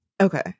Okay